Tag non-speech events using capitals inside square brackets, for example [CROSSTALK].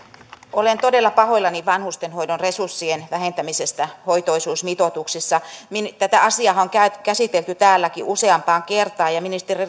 olen todella pahoillani vanhustenhoidon resurssien vähentämisestä hoitoisuusmitoituksissa tätä asiaahan on käsitelty täälläkin useampaan kertaan ja ja ministeri [UNINTELLIGIBLE]